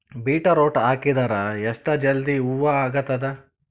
Beetroot ಹಾಕಿದರ ಎಷ್ಟ ಜಲ್ದಿ ಹೂವ ಆಗತದ?